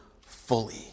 fully